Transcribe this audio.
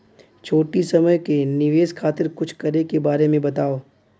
छोटी समय के निवेश खातिर कुछ करे के बारे मे बताव?